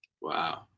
Wow